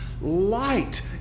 Light